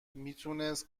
میتونست